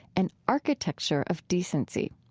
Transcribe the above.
an architecture of decency.